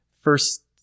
first